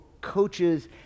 coaches